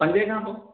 पंजे खां पोइ